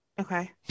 okay